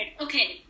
Okay